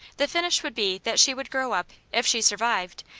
the finish would be that she would grow up, if she survived,